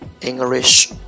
English